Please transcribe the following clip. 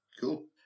Cool